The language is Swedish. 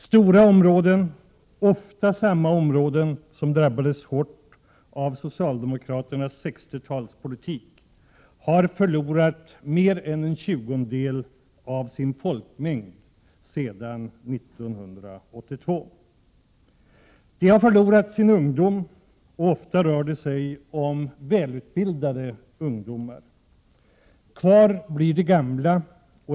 Stora områden, ofta samma områden som drabbades hårt av socialdemokraternas 60-talspolitik, har förlorat mer än en tjugondel av sin folkmängd sedan 1982. De har förlorat sina ungdomar, och ofta rör det sig om välutbildade ungdomar. Kvar blir de gamla.